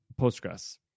Postgres